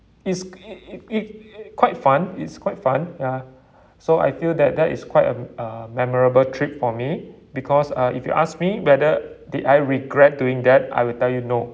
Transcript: it's it it it it quite fun it's quite fun ya so I feel that that is quite a uh memorable trip for me because uh if you ask me whether did I regret doing that I will tell you no